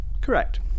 Correct